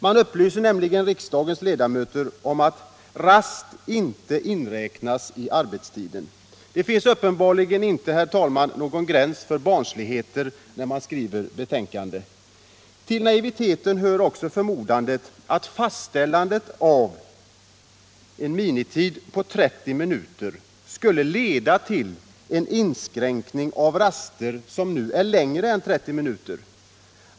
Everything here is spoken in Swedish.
Man upplyser nämligen riksdagens ledamöter om att rast inte inräknas i arbetstiden. Det finns uppenbarligen inte, herr talman, någon gräns för barnsligheter när man skriver betänkanden. Till naiviteten hör också förmodandet att fastställandet av en minimitid på 30 minuter skulle leda till en inskränkning av raster som nu är längre än 30 minuter.